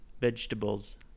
vegetables